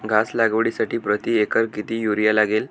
घास लागवडीसाठी प्रति एकर किती युरिया लागेल?